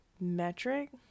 metric